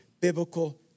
biblical